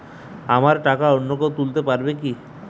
আমার টাকা অন্য কেউ তুলতে পারবে কি?